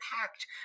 packed